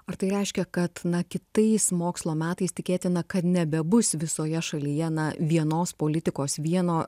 ar tai reiškia kad kitais mokslo metais tikėtina kad nebebus visoje šalyje na vienos politikos vieno